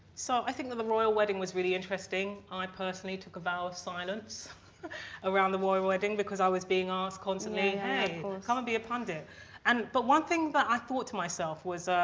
so i think that the royal wedding was really interesting. i personally took a vow of silence around the royal wedding because i was being asked constantly hey come and be a pundit and but one thing that but i thought to myself was